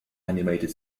animated